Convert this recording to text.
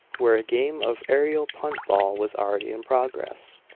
where a game of aerial punt-ball was already in progress.